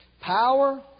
power